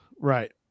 Right